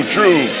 True